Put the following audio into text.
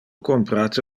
comprate